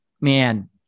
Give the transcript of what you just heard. Man